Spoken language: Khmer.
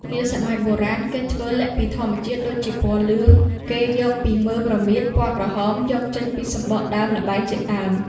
នាសម័យបុរាណ គេធ្វើល័ខពីធម្មជាតិ ដូចជាពណ៌លឿង គេយកពីមើមរមៀត ពណ៌ក្រហមយកចេញពីសំបកដើមល្បែងជាដើម ។